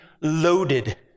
loaded